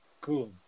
Cool